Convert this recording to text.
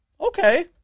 Okay